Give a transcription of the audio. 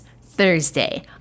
Thursday